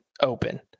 open